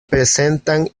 presentan